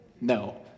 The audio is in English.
no